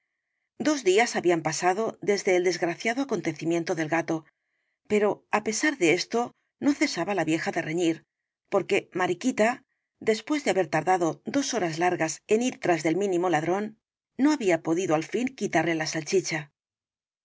dos días habían pasado desde el desgraciado acontecimiento del gato pero á pesar de esto no cesaba la vieja de reñir porque mariquita después de haber tardado dos horas lar gas en ir tras del mínimo ladrón no había podido al fin quitarle la salchicha